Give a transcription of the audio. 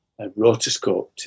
rotoscoped